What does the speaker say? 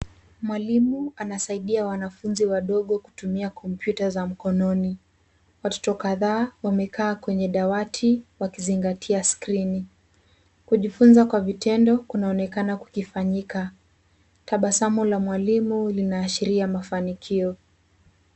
Mwalimu anasaidia wanafunzi wadogo kutumia kompyuta za mkononi. Watoto kadhaa wamekaa kwenye dawati wakizingatia skrini. Kujifunza kwa vitendo kunaonekana kukifanyika. Tabasamu la mwalimu linaashiria mafanikio.